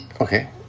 Okay